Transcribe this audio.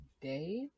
day